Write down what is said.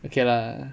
okay lah